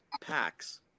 packs